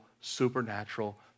supernatural